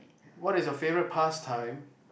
what is your favourite past time